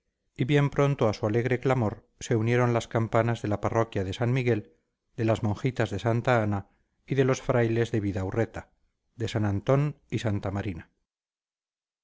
y bien pronto a su alegre clamor se unieron las campanas de la parroquia de san miguel de las monjitas de santa ana y de los frailes de bidaurreta de san antón y santa marina